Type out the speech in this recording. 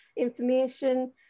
information